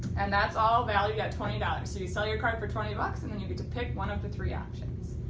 and that's all valued at twenty dollars. so you sell your card for twenty dollars bucks and and you get to pick one of the three options.